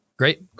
Great